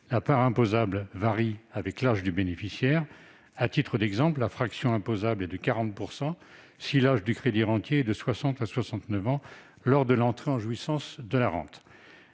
La part imposable varie avec l'âge du bénéficiaire : à titre d'exemple, la fraction imposable est de 40 %, si le crédirentier est âgé de 60 à 69 ans, lors de l'entrée en jouissance de la rente.